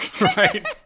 right